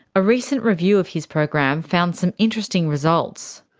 a recent review of his program found some interesting results.